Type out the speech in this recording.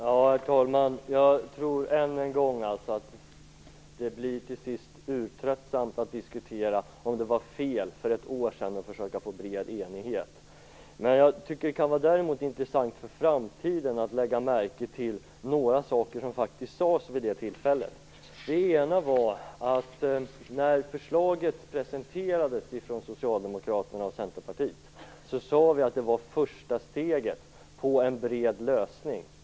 Herr talman! Jag tror som sagt att det till sist blir urtröttsamt att diskutera om det var fel för ett år sedan att försöka få en bred enighet. Vad jag däremot tycker kan vara intressant för framtiden är att lägga märke till några saker som faktiskt sades då. Det ena var att när förslaget presenterades från Socialdemokraterna och Centerpartiet, sade vi att det var första steget på en bred lösning.